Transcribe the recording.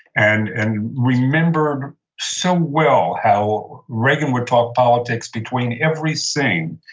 and and remembered so well how reagan would talk politics between every scene.